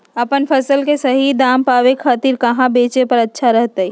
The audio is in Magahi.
अपन फसल के सही दाम पावे खातिर कहां बेचे पर अच्छा रहतय?